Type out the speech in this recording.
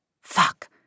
Fuck